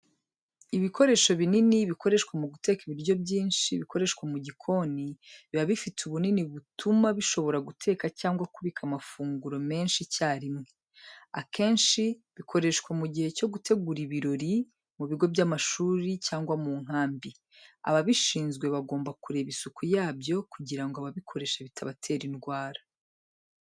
Ibikoresho binini bikoreshwa mu guteka ibiryo byinshi, bikoreshwa mu gikoni, biba bifite ubunini butuma bishobora guteka cyangwa kubika amafunguro menshi icyarimwe. Akenshi bikoreshwa mu gihe cyo gutegura ibirori, mu bigo by’amashuri cyangwa mu nkambi. Ababishinzwe bagomba kureba isuku yabyo kugira ngo ababikoresha bitabatera indwara.